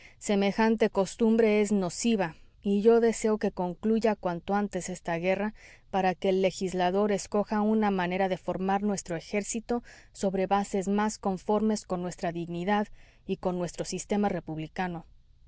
semejante costumbre es nociva y yo deseo que concluya cuanto antes esta guerra para que el legislador escoja una manera de formar nuestro ejército sobre bases más conformes con nuestra dignidad y con nuestro sistema republicano